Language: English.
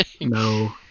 no